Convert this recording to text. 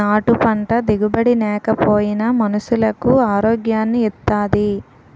నాటు పంట దిగుబడి నేకపోయినా మనుసులకు ఆరోగ్యాన్ని ఇత్తాది